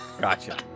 Gotcha